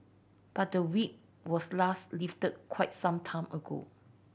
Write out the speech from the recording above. but the Whip was last lifted quite some time ago